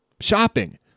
shopping